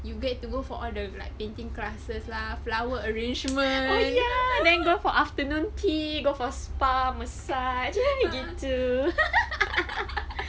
you get to go for all the like painting classes lah flower arrangement then go for afternoon tea go for spa massage and then you get to